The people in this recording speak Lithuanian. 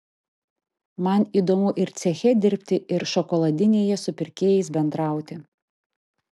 man įdomu ir ceche dirbti ir šokoladinėje su pirkėjais bendrauti